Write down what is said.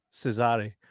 cesare